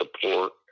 support